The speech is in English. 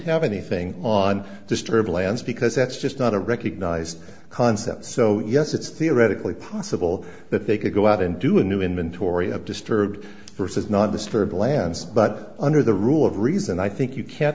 have anything on disturb lands because that's just not a recognized concept so yes it's theoretically possible that they could go out and do a new inventory of disturbed versus not disturb lands but under the rule of reason i think you can't